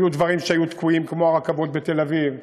היו דברים שהיו תקועים, כמו הרכבות בתל-אביב,